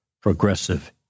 progressive